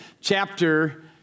chapter